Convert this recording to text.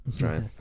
right